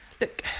look